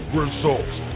results